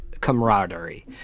camaraderie